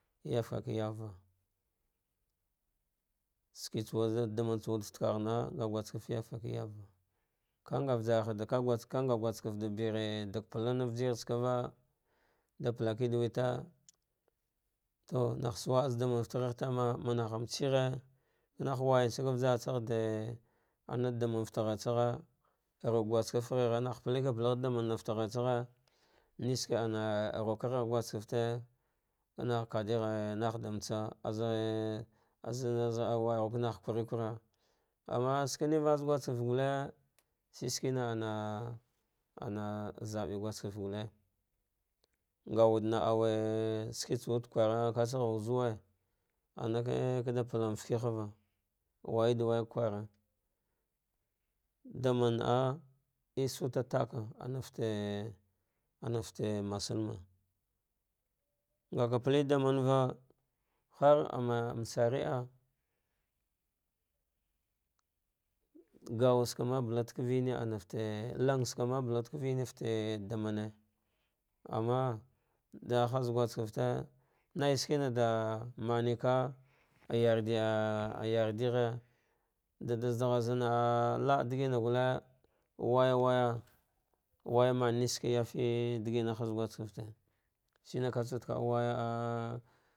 Yafike yavah, shinke wud, damandsawude fa te kagha nga guskufu yafva kanja vaja, kanga guskefte da bere dag palani vijirtsa kava, da palaki da wata to naisauwa azdamda fateghe tama, manah matse gha ka warsage vajartsaghe de and de damang fate ghartsaghen ruk guskefte gheghe patek apalaghe damand fate ghar tsaghe ruka guskefte gheghe nah patekal palaghe daman fate ghatsaghe, neske ana a rukaghe gaskefte kana kadighe nahtsa matsa, azghe an al wagghu natsa kware kara, umma skeneva al gaske fte guhe, shi shuec ama ana zabe guskefte gute ngawudana, auwe shutse wude kwa ra anake palalsa arade mbe jike hava w yuada way ka kwara, damara'a daman naa esutakaka, ana fte ana fte masalma nga ka pate damnva haraman shiria gawa tsama bulwuda ka wune fate damane ama da ahaz gaske fte ah yar ayardighe da da zadar gam la adigina gulle, waya waya waya mame ske yafe digina az guske fte tsane azud waja al ah.